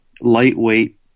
lightweight